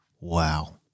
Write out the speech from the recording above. wow